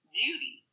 beauty